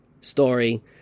story